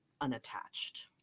unattached